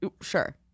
Sure